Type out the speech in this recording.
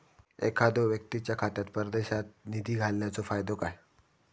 एखादो व्यक्तीच्या खात्यात परदेशात निधी घालन्याचो फायदो काय?